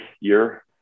year